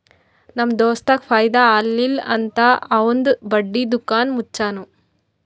ನಮ್ ದೋಸ್ತಗ್ ಫೈದಾ ಆಲಿಲ್ಲ ಅಂತ್ ಅವಂದು ಬಟ್ಟಿ ದುಕಾನ್ ಮುಚ್ಚನೂ